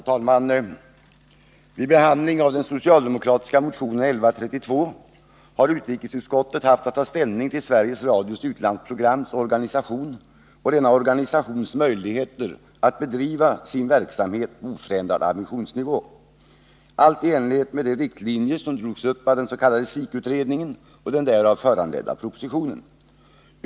Herr talman! Vid behandlingen av den socialdemokratiska motionen 1132 har utrikesutskottet haft att ta ställning till Sveriges Radios utlandsprograms organisation och denna organisations möjligheter att bedriva sin verksamhet på oförändrad ambitionsnivå enligt de riktlinjer som drogs upp av den s.k. SIK-utredningen och den därav föranledda propositionen.